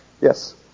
Yes